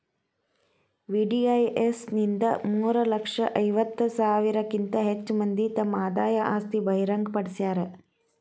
VDIS ಇಂದ ಮೂರ ಲಕ್ಷ ಐವತ್ತ ಸಾವಿರಕ್ಕಿಂತ ಹೆಚ್ ಮಂದಿ ತಮ್ ಆದಾಯ ಆಸ್ತಿ ಬಹಿರಂಗ್ ಪಡ್ಸ್ಯಾರ